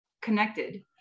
connected